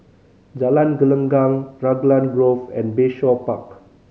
Jalan Gelenggang Raglan Grove and Bayshore Park